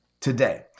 today